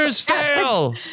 fail